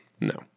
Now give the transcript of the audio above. no